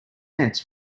nets